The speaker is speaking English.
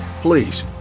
Please